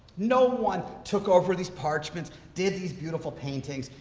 no one took over these parchments, did these beautiful paintings.